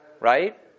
right